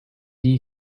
you